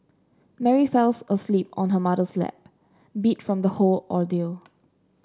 Mary fell asleep on her mother's lap beat from the whole ordeal